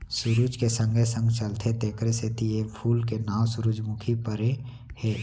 सुरूज के संगे संग चलथे तेकरे सेती ए फूल के नांव सुरूजमुखी परे हे